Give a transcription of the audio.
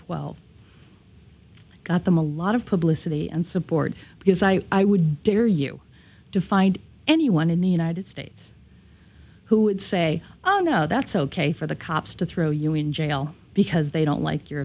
twelve got them a lot of publicity and support because i i would dare you to find anyone in the united states who would say oh no that's ok for the cops to throw you in jail because they don't like your